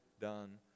done